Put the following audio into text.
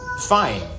fine